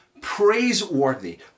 praiseworthy